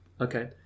Okay